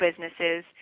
businesses